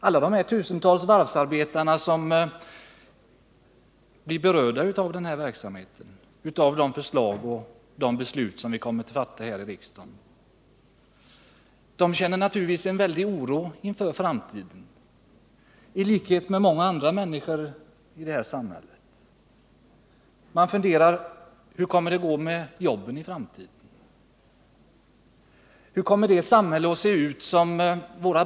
Alla de tusentals varvsarbetare som berörs av de nuvarande svårigheterna och av de beslut som vi kommer att fatta här i riksdagen känner naturligtvis — i likhet med många andra människor i vårt samhälle — stark oro inför framtiden. Man funderar över hur det kommer att gå med jobben i framtiden och undrar hur det samhälle som våra barn växer upp i kommer att se ut.